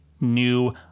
new